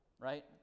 right